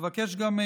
אבקש גם,